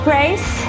grace